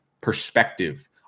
perspective